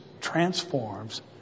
transforms